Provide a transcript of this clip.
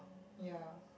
ya